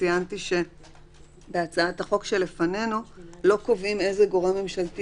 ציינתי שבהצעת החוק שלפנינו לא קובעים איזה גורם ממשלתי